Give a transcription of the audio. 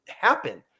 happen